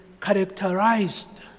characterized